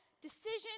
decision